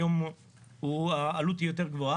היום העלות היא יותר גבוהה,